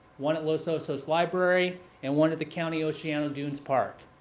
one at los so osos library and one at the county oceano dunes park.